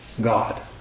God